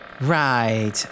Right